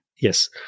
Yes